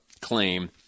claim